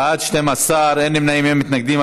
בעד, 12, אין נמנעים, אין מתנגדים.